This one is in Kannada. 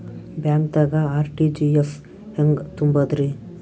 ಬ್ಯಾಂಕ್ದಾಗ ಆರ್.ಟಿ.ಜಿ.ಎಸ್ ಹೆಂಗ್ ತುಂಬಧ್ರಿ?